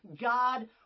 God